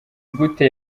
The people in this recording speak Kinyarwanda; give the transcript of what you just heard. gute